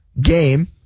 game